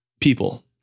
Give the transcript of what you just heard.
people